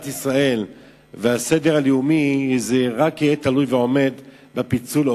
ישראל והסדר הלאומי רק תלויים בפיצול.